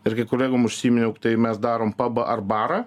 ir kai kolegom užsiminiau tai mes darom pabą ar barą